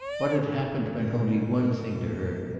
what had happened meant only one thing to her,